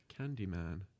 Candyman